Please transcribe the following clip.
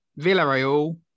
Villarreal